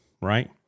right